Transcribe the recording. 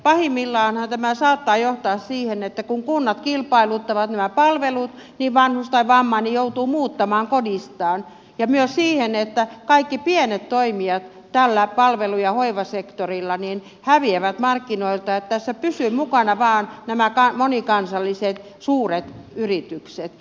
pahimmillaanhan tämä saattaa johtaa siihen että kun kunnat kilpailuttavat nämä palvelut niin vanhus tai vammainen joutuu muuttamaan kodistaan ja myös siihen että kaikki pienet toimijat tällä palvelu ja hoivasektorilla häviävät markkinoilta että tässä pysyvät mukana vain nämä monikansalliset suuret yritykset